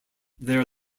their